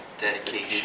Dedication